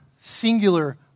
singular